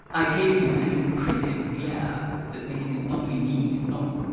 i gave him an impressive glare that made his knobbly knees knock.